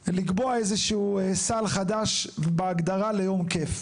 לקבוע איזה שהוא סל חדש בהגדרה ליום כיף.